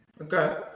Okay